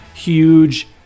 huge